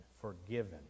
forgiven